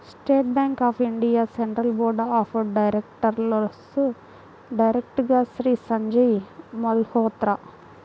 state Bank of India central board of డైరెక్టర్స్లో డైరెక్టర్గా శ్రీ సంజయ్ మల్హోత్రా